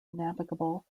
navigable